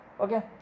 Okay